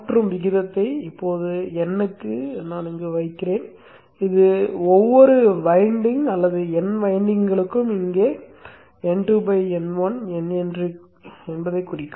மாற்றும் விகிதத்தை இப்போது nக்கு வைக்கிறேன் இது ஒவ்வொரு வைண்டிங் அல்லது n வைண்டிங் களுக்கும் இங்கே அல்லது N2 N1 n என்பதைக் குறிக்கும்